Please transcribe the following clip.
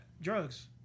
Drugs